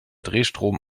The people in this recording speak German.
drehstrom